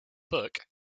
book